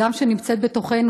גם בתוכנו,